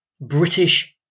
British